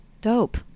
Dope